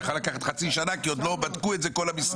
יכול לקחת חצי שנה כי עוד לא בדקו את זה כל המשרדים.